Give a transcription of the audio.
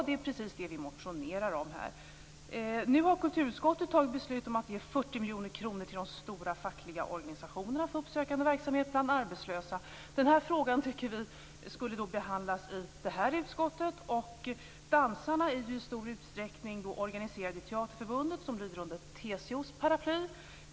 Det är precis det vi motionerar om. Nu har kulturutskottet fattat beslut om att ge 40 miljoner kronor till de stora fackliga organisationerna för uppsökande verksamhet bland arbetslösa. Vi tycker att den frågan skulle behandlas i detta utskott. Dansarna är i stor utsträckning organiserade i Teaterförbundet, som finns under TCO:s paraply.